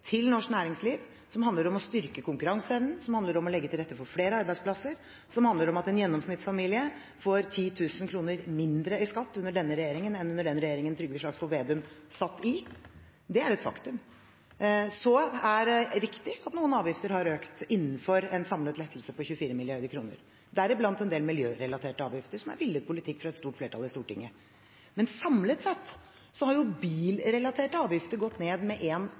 til norsk næringsliv, som handler om å styrke konkurranseevnen, som handler om å legge til rette for flere arbeidsplasser, og som handler om at en gjennomsnittsfamilie får 10 000 kr mindre i skatt under denne regjeringen enn under den regjeringen Trygve Slagsvold Vedum satt i. Det er et faktum. Så er det riktig at noen avgifter har økt innenfor en samlet lettelse på 24 mrd. kr, deriblant en del miljørelaterte avgifter, som er villet politikk fra et stort flertall i Stortinget. Men samlet sett har jo bilrelaterte avgifter gått ned med